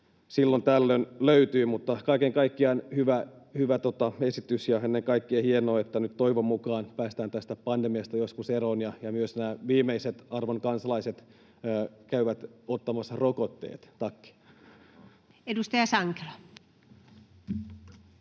silloin tällöin löytyy. Kaiken kaikkiaan hyvä esitys, ja ennen kaikkea hienoa, että nyt toivon mukaan päästään tästä pandemiasta joskus eroon ja myös nämä viimeiset arvon kansalaiset käyvät ottamassa rokotteet. — Tack.